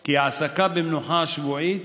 כי העסקה במנוחה השבועית